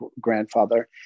grandfather